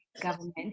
government